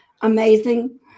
amazing